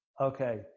okay